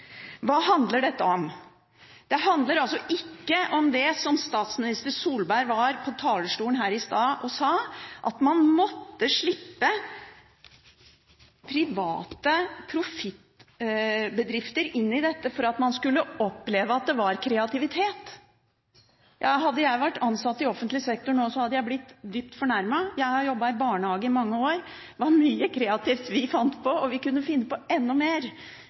Hva handler dette om? Det handler altså ikke om det som statsminister Solberg var på talerstolen her i stad og sa, at man måtte slippe private profittbedrifter inn i dette for at man skulle oppleve at det var kreativitet. Hadde jeg vært ansatt i offentlig sektor nå, hadde jeg blitt dypt fornærmet. Jeg har jobbet i barnehage i mange år. Det var mye kreativt vi fant på, og vi kunne funnet på enda mer